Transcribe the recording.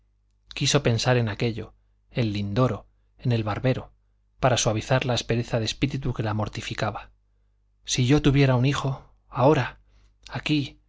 quiso pensar en aquello en lindoro en el barbero para suavizar la aspereza de espíritu que la mortificaba si yo tuviera un hijo ahora aquí